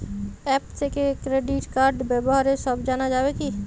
App থেকে credit কার্ডর ব্যাপারে সব জানা যাবে কি?